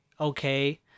Okay